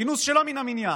כינוס שלא מן המניין?